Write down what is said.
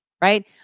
right